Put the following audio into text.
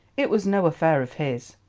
it was no affair of his,